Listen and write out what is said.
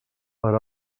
per